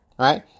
right